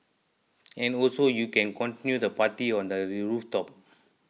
and also you can continue the party on the rooftop